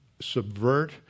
subvert